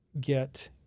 get